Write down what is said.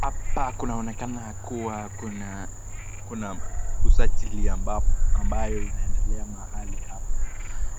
Hapa kunaonekana kuwa kuna, kuna usajili ambayo inaendelea mahali hapa.